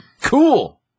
cool